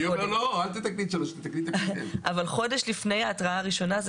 אבל חודש לפני תהיה התראה ראשונה?